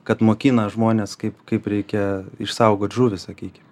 kad mokina žmones kaip kaip reikia išsaugoti žuvį sakykim